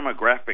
demographic